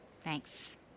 Thanks